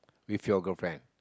with your girlfriend